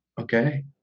Okay